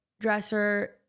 dresser